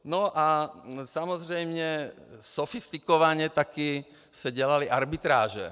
No a samozřejmě sofistikovaně taky se dělaly arbitráže.